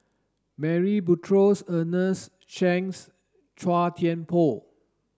Murray Buttrose Ernest Shanks Chua Thian Poh